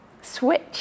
switch